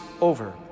over